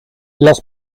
las